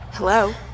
Hello